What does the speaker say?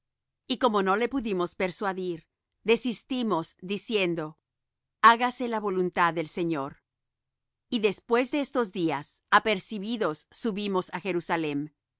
y como no le pudimos persuadir desistimos diciendo hágase la voluntad del señor y después de estos días apercibidos subimos á jerusalem